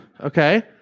okay